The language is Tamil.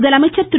முதலமைச்சர் திரு